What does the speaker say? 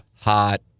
hot